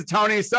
Tony